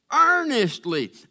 earnestly